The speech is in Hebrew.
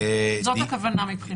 זו רק השאלה של הנוכחות הפיזית.